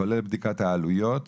כולל בדיקת העלויות,